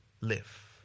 live